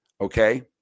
okay